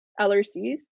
LRCs